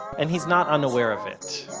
and he's not unaware of it